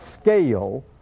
scale